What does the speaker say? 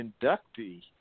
inductee